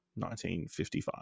1955